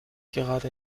gerade